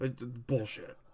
Bullshit